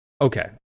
Okay